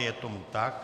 Je tomu tak.